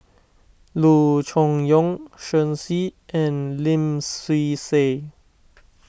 Loo Choon Yong Shen Xi and Lim Swee Say